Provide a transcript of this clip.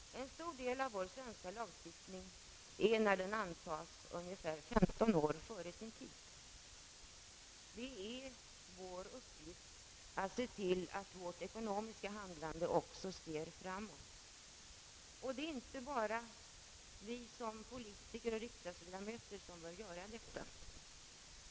En stor del av vår svenska lagstiftning är ungefär 15 år före sin tid när den antas. Det är vår uppgift att se till att vårt ekonomiska handlande också siktar framåt. Det är inte bara vi politiker och riksdagsledamöter som bör se framåt.